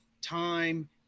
time